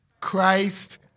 Christ